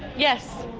yes.